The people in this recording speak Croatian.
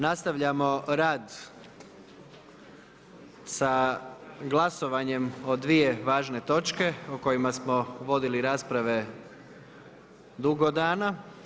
Nastavljamo sa radom sa glasovanjem s dvije važne točke o kojima smo vodili rasprave dugo dana.